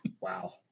Wow